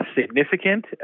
significant